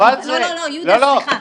לא, יהודה, סליחה.